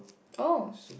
oh